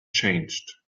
changed